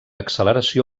acceleració